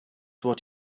what